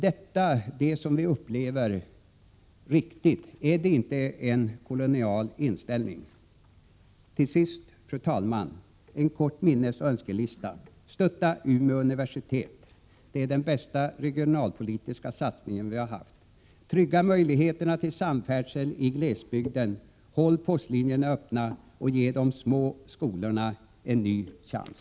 Detta upplever vi som ett uttryck för en kolonial inställning. Till sist, fru talman, en kort minnesoch önskelista! Stötta Umeå universitet! Det är den bästa regionalpolitiska satsningen som har gjorts. Trygga möjligheterna till samfärdsel i glesbygden, håll postlinjerna öppna och ge de små skolorna en ny chans!